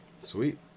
Sweet